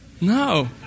No